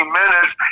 minutes